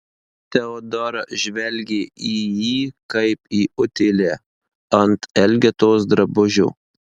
teodora žvelgė į jį kaip į utėlę ant elgetos drabužio